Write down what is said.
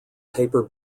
paper